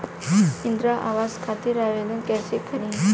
इंद्रा आवास खातिर आवेदन कइसे करि?